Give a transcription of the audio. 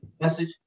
message